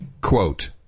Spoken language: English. quote